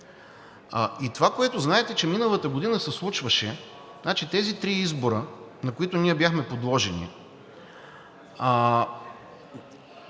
И това, което знаете, че миналата година се случваше, значи, тези три избора, на които ние бяхме подложени,